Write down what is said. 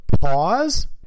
pause